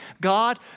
God